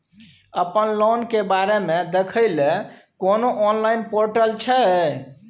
अपन लोन के बारे मे देखै लय कोनो ऑनलाइन र्पोटल छै?